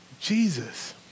Jesus